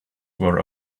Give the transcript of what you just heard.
were